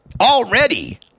already